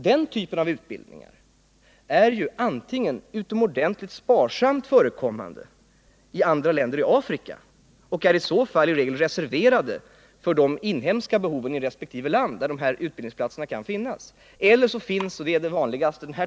Den typen av utbildning är antingen utomordentligt sparsamt förekommande i andra länder i Afrika och då i regel reserverad för de inhemska behoven i resp. land, eller finns inte alls.